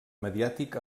mediàtic